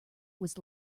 was